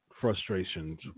Frustrations